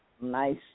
nice